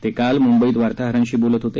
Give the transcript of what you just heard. ते काल म्बईत वार्ताहरांशी बोलत होते